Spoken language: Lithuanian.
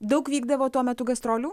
daug vykdavo tuo metu gastrolių